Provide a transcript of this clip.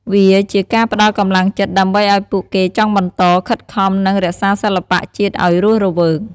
វាជាការផ្តល់កម្លាំងចិត្ត ដើម្បីឲ្យពួកគេចង់បន្ត ខិតខំ និងរក្សាសិល្បៈជាតិអោយរស់រវើក។